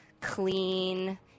clean